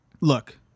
look